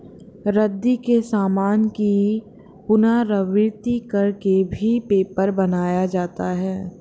रद्दी के सामान की पुनरावृति कर के भी पेपर बनाया जाता है